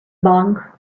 bank